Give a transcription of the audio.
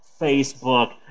Facebook